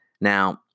Now